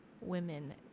women